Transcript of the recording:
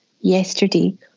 yesterday